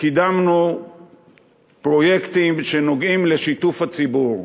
קידמנו פרויקטים שנוגעים לשיתוף הציבור.